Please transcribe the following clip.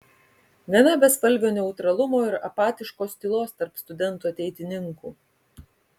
gana bespalvio neutralumo ir apatiškos tylos tarp studentų ateitininkų